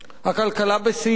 הכלכלה בשיאים,